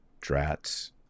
drats